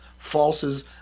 falses